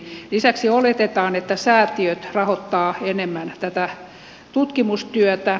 lisäksi oletetaan että säätiöt rahoittavat enemmän tutkimustyötä